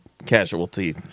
Casualty